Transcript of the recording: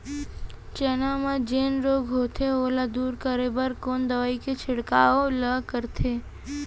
चना म जेन रोग होथे ओला दूर करे बर कोन दवई के छिड़काव ल करथे?